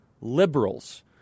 liberals